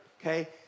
okay